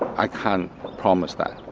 i can't promise that,